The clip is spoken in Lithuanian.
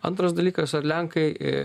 antras dalykas ar lenkai